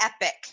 epic